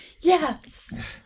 Yes